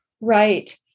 Right